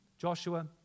Joshua